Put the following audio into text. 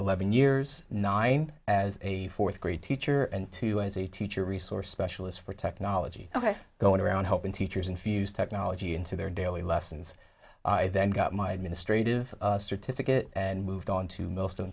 eleven years nine as a fourth grade teacher and two as a teacher resource specialist for technology going around helping teachers infuse technology into their daily lessons then got my administrative certificate and moved on to most of the